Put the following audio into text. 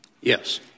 Yes